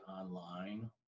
online